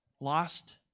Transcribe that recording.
lost